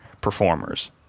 performers